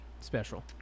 special